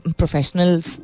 professionals